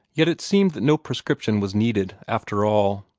yet it seemed that no prescription was needed, after all.